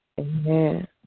Amen